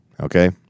okay